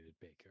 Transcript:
Baker